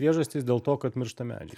priežastys dėl to kad miršta medžiai